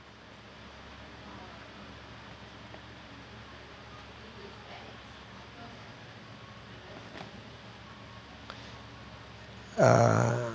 uh